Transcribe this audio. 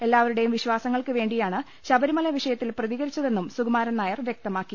എല്ലാവരുടെയും വിശ്വാ സങ്ങൾക്ക് വേണ്ടിയാണ് ശബരിമല വിഷയത്തിൽ പ്രതി കരിച്ചതെന്നും സുകുമാരൻ നായർ വൃക്തമാക്കി